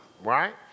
right